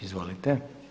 Izvolite.